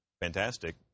fantastic